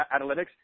Analytics